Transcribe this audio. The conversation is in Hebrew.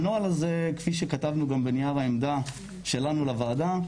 הנוהל הזה כפי שכתבנו גם בנייר העמדה שלנו לוועדה,